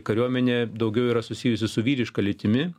kariuomenė daugiau yra susijusi su vyriška lytimi